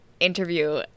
Interview